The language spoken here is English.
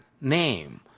name